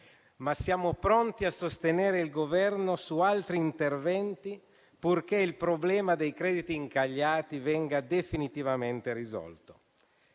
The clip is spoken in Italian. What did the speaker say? ma siamo pronti a sostenere il Governo su altri interventi, purché il problema dei crediti incagliati venga definitivamente risolto.